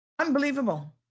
Unbelievable